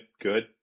good